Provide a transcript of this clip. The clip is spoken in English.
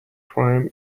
crime